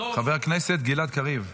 חבר הכנסת גלעד קריב,